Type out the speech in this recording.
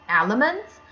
elements